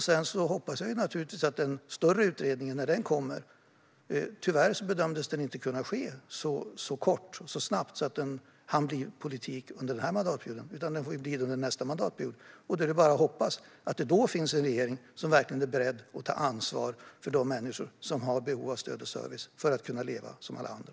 Sedan hoppas jag på mer när den större utredningen kommer. Tyvärr bedömdes den inte kunna ske så snabbt att den hann bli politik under den här mandatperioden, utan det får bli under nästa mandatperiod. Det är bara att hoppas att det då finns en regering som verkligen är beredd att ta ansvar för de människor som har behov av stöd och service för att kunna leva som alla andra.